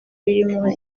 birimo